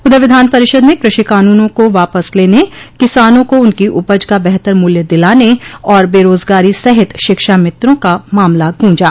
उधर विधान परिषद में कृषि कानूनों को वापस लेने किसानों को उनकी उपज का बेहतर मूल्य दिलाने और बेरोजगारी सहित शिक्षामित्रों का मामला गूंजा